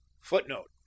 Footnote